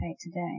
today